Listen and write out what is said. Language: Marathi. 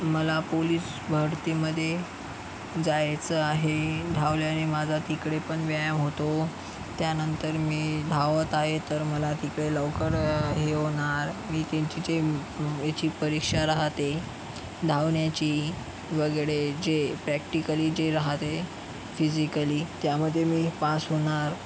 मला पोलीस भरतीमध्ये जायचं आहे धावल्याने माझा तिकडे पण व्यायाम होतो त्यानंतर मी धावत आहे तर मला तिकडे लवकर हे होणार मी त्यांची चे ह्याची परीक्षा राहते धावण्याची वगळे जे प्रॅक्टिकली जे राहते फिजिकली त्यामध्ये मी पास होणार